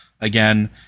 again